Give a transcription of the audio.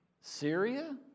Syria